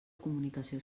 comunicació